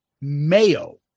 Mayo